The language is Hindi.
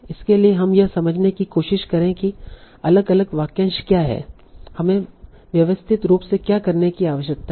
इसके लिए हम यह समझने की कोशिश करें कि अलग अलग वाक्यांश क्या हैं हमें व्यवस्थित रूप से क्या करने की आवश्यकता है